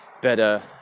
better